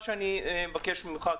לכן, מה שאני מבקש ממך,